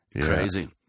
Crazy